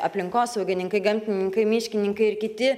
aplinkosaugininkai gamtininkai miškininkai ir kiti